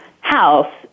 house